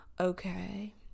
okay